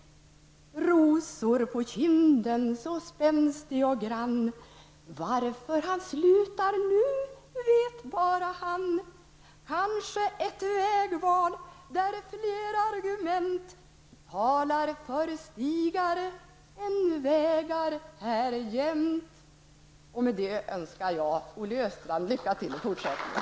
så spänstig och grann varför han slutar nu, vet bara han kanske ett vägval talar för stigar än vägar här jämt. Med detta önskar jag Olle Östrand lycka till i fortsättningen.